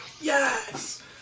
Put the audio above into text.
Yes